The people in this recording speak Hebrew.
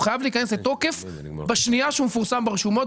הוא חייב להיכנס לתוקף בשנייה שהוא מפורסם ברשומות.